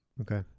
Okay